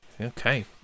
okay